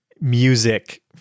music